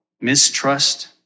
mistrust